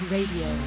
Radio